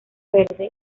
verde